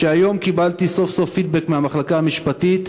והיום קיבלתי סוף-סוף פידבק מהמחלקה המשפטית,